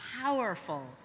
powerful